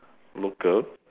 local